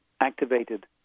activated